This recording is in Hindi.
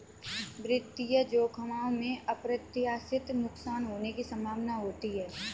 वित्तीय जोखिमों में अप्रत्याशित नुकसान होने की संभावना होती है